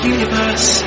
Universe